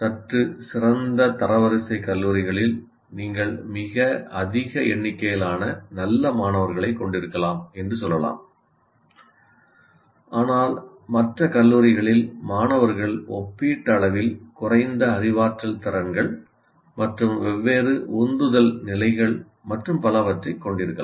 சற்று சிறந்த தரவரிசைக் கல்லூரிகளில் நீங்கள் மிக அதிக எண்ணிக்கையிலான நல்ல மாணவர்களைக் கொண்டிருக்கலாம் என்று சொல்லலாம் ஆனால் மற்ற கல்லூரிகளில் மாணவர்கள் ஒப்பீட்டளவில் குறைந்த அறிவாற்றல் திறன்கள் மற்றும் வெவ்வேறு உந்துதல் நிலைகள் மற்றும் பலவற்றைக் கொண்டிருக்கலாம்